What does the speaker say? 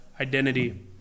identity